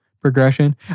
progression